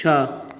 ଛଅ